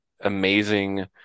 amazing